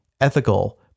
ethical